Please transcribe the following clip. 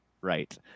Right